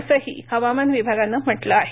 असंही हवामान विभागानं म्हटलं आहे